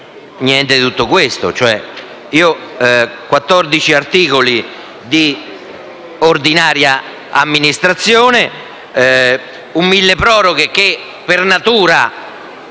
niente di tutto questo: